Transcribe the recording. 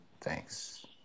Thanks